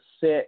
set